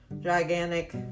gigantic